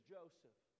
Joseph